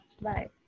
Bye